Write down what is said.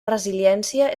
resiliència